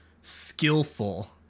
skillful